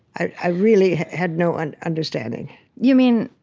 i really had no and understanding you mean,